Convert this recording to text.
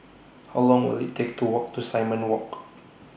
How Long Will IT Take to Walk to Simon Walk